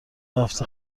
هفته